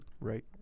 Right